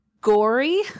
gory